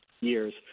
years